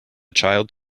child